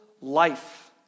life